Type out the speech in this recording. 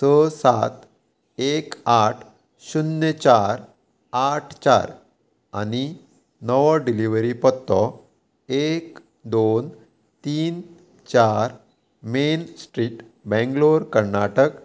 स सात एक आठ शुन्य चार आठ चार आनी नवो डिलिव्हरी पत्तो एक दोन तीन चार मेन स्ट्रीट बँगलोर कर्नाटक